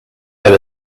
that